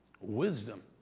wisdom